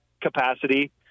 capacity